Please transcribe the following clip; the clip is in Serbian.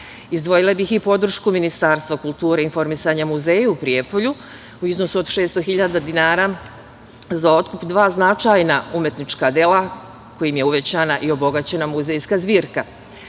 bih i podršku Ministarstva kulture i informisanja muzeju u Prijepolju u iznosu od 600 hiljada dinara za otkup dva značajna umetnička dela kojim je uvećana i obogaćena muzejska zbirka.